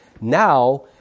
now